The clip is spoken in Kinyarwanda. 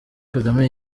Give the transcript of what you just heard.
kagame